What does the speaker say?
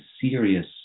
serious